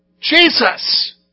Jesus